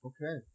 Okay